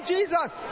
Jesus